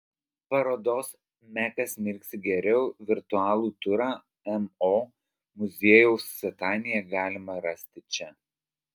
parodos mekas mirksi geriau virtualų turą mo muziejaus svetainėje galima rasti čia